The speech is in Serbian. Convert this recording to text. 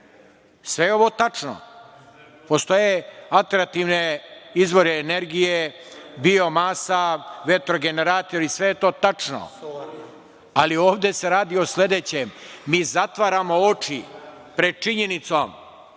Sve je ovo tačno. Postoje alternativni izvori energije, biomasa, vetrogeneratori, sve je to tačno, ali ovde se radi o sledećem - mi zatvaramo oči pred činjenicom